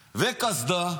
וקסדה.